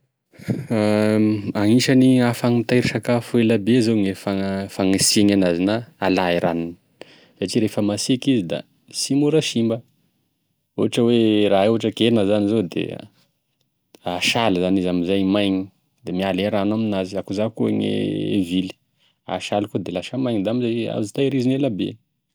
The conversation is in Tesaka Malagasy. Agnisan'e ahafaha mitahiry sakafo elabe zao e fagnisihigny enazy na hala gne ranony, satria rehefa misiky izy da sy mora simba, ohatra hoe raha ohatra k'hena zany zao da asaly zany izy amizay maigny da miala e rano aminazy da akô izany koa gne vily, asaly koa da raha maigny amizay izy azo tahirizina elabe.